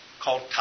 called